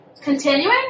continuing